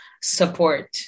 support